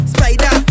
Spider